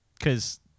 Cause